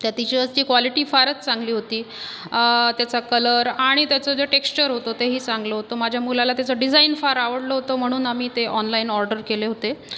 त्या T shirts ची quality फारच चांगली होती त्याचा कलर आणि त्याचं जे टेक्स्चर होतं तेही चांगलं होतं माझ्या मुलाला त्याचं डिझाईन फार आवडलं होतं म्हणून आम्ही ते ऑनलाईन ऑर्डर केले होते